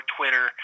Twitter